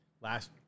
Last